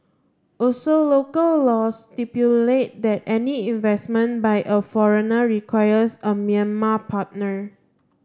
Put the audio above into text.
also local laws stipulate that any investment by a foreigner requires a Myanmar partner